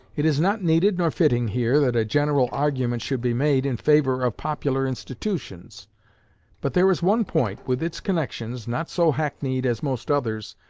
it is not needed nor fitting here, that a general argument should be made in favor of popular institutions but there is one point, with its connections, not so hackneyed as most others,